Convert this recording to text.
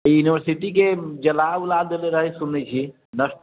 ई university के जला ऊला देने रहै सुनै छी नष्ट